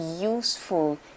useful